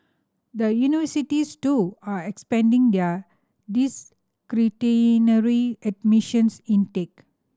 the universities too are expanding their discretionary admissions intake